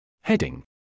Heading